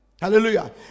Hallelujah